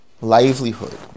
livelihood